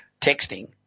texting